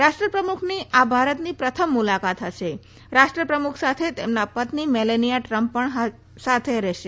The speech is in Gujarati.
રાષ્ટ્રપ્રમુખની આ ભારતની પ્રથમ મુલાકાત હશે રાષ્ટ્રપ્રમુખ સાથે તેમના પત્ની મેલેનીયા ટ્રમ્પ પણ રહેશે